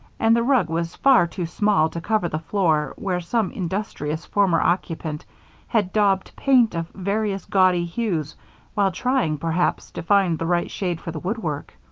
and the rug was far too small to cover the floor where some industrious former occupant had daubed paint of various gaudy hues while trying, perhaps, to find the right shade for the woodwork.